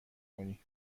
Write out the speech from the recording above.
کنی